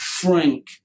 frank